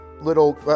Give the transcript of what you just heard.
little